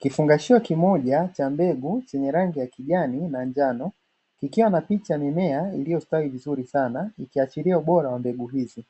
Kifungashio kimoja cha mbegu chenye rangi ya kijani na njano, ikiwa na picha ya mimea iliyo stawi vizuri sana ikiashiria bora wa mbegu hizi.